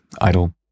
idle